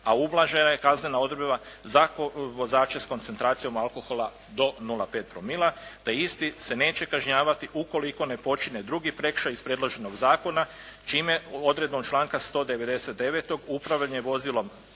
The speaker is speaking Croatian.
a ublažena je kaznena odredba za vozače sa koncentracijom alkohola do 0,5 promila, te isti se neće kažnjavati ukoliko ne počine drugi prekršaj iz predloženog zakona, čime odredbom članka 199. upravljanje vozilom